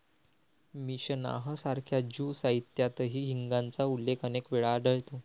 Mishnah सारख्या Jew साहित्यातही हिंगाचा उल्लेख अनेक वेळा आढळतो